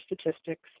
statistics